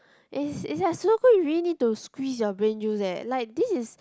is is like Sudoku you really need to squeeze your brain juice eh like this is